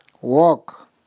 Walk